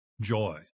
joy